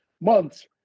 months